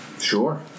sure